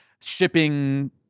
shipping